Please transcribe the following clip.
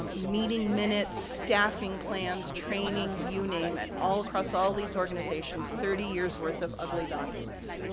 meeting minutes, staffing plans, training, you name it, all across all these organizations, thirty years worth of ugly documents.